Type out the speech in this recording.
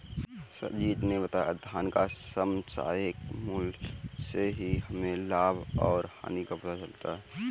संजीत ने बताया धन का समसामयिक मूल्य से ही हमें लाभ और हानि का पता चलता है